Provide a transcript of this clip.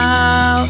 Now